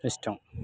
ఇష్టం